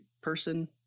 person